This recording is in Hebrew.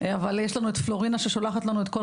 אבל יש לנו את פלורינה ששולחת לנו את כל